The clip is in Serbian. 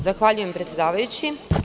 Zahvaljujem, predsedavajući.